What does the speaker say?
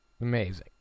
Amazing